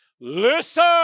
Listen